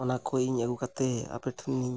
ᱚᱱᱟᱠᱚ ᱤᱧ ᱟᱹᱜᱩ ᱠᱟᱛᱮᱫ ᱟᱯᱮᱴᱷᱮᱱᱤᱧ